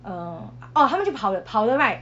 err orh 他们就跑了跑了 right